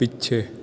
ਪਿੱਛੇ